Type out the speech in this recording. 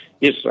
yes